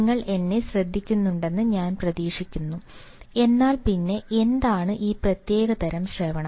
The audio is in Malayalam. നിങ്ങൾ എന്നെ ശ്രദ്ധിക്കുന്നുണ്ടെന്ന് ഞാൻ പ്രതീക്ഷിക്കുന്നു എന്നാൽ പിന്നെ എന്താണ് ഈ പ്രത്യേക തരം ശ്രവണം